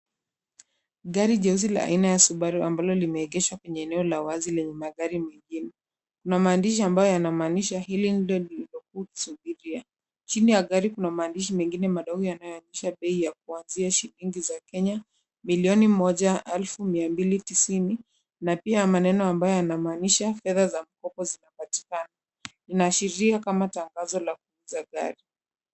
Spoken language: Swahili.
Gari jeusi la aina ya Subaru ambalo limeegeshwa kwenye eneo la wazi lenye magari mjini. Kuna maandishi ambayo yanamanisha [cs)healing depths chini ya gari kuna maandishi mengine madogo yanaonyesha bei yakuanzia shilingi za Kenya milioni moja, elfu mia mbili tisini na pia maneno ambayo yanamaanisha fedha za mkopo zinapatikana. Inaashiria kama tangazo la kuuza gari.